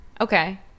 okay